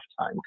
time